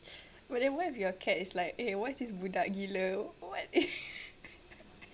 but then what if your cat is like what is this budak gila what